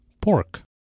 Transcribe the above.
pork